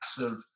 massive